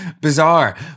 bizarre